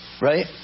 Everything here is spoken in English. Right